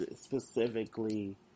specifically